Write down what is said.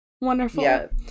Wonderful